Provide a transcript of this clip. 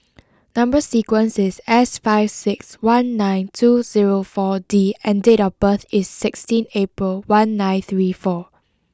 number sequence is S five six one nine two zero four D and date of birth is sixteen April one nine three four